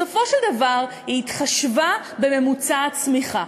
בסופו של דבר היא התחשבה בממוצע הצמיחה.